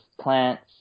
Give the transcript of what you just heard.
plants